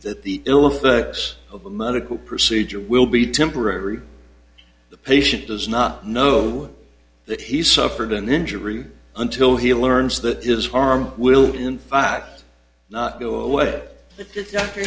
that the ill effects of a medical procedure will be temporary the patient does not know that he suffered an injury until he learns that is harm will in fact not go away after